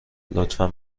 لطفا